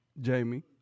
Jamie